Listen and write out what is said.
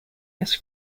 this